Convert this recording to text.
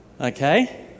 okay